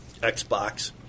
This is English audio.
Xbox